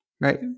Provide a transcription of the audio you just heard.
Right